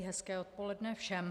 Hezké odpoledne všem.